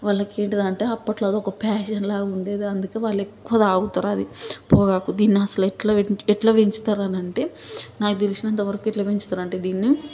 వాళ్ళకేంటిదనంటే అప్పట్లో అదొక ప్యాషన్లా ఉండేది అందుకే వాళ్ళెక్కువ తాగుతరది పొగాకు దీన్ని అసల ఎట్ల ఎట్ల పెంచుతారనంటే నాకు తెలిసినంతవరకు ఎట్లా పెంచుతారంటే దీన్ని